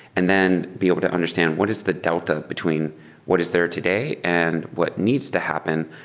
and then be able to understand what is the delta between what is there today and what needs to happen.